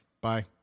bye